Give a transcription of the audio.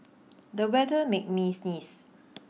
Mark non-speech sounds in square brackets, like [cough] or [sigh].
[noise] the weather made me sneeze